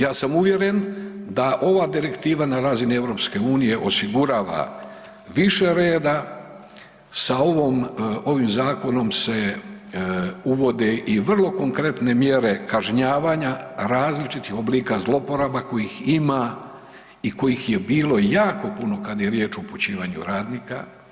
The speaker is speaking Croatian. Ja sam uvjeren da ova direktiva na razini EU osigurava više reda, sa ovom, ovim zakonom se uvode i vrlo konkretne mjere kažnjavanja različitih oblika zlouporaba kojih ima i kojih je bilo jako puno kad je riječ o upućivanju radnika.